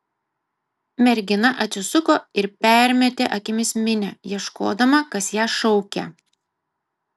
mergina atsisuko ir permetė akimis minią ieškodama kas ją šaukia